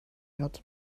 hat